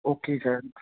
okay sir